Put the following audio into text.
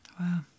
Wow